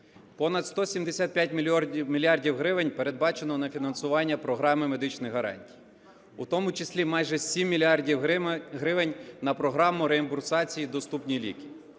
Понад 175 мільярдів гривень передбачено на фінансування програми медичних гарантій, у тому числі майже 7 мільярдів гривень на програму реімбурсації "Доступні ліки".